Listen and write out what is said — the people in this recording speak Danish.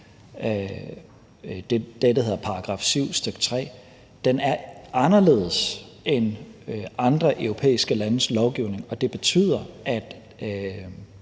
der hedder § 7, stk. 3 – er anderledes end andre europæiske landes lovgivning, og det betyder, at